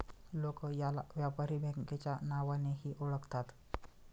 लोक याला व्यापारी बँकेच्या नावानेही ओळखतात